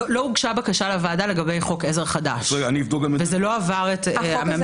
הוגשה לוועדה בקשה לגבי חוק עזר חדש וזה גם לא עבר את הממשלה.